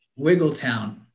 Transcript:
Wiggletown